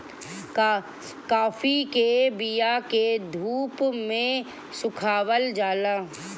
काफी के बिया के धूप में सुखावल जाला